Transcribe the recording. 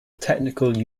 technical